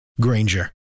Granger